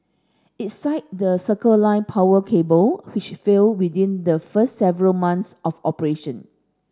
it cited the Circle Line power cable which failed within the first several months of operation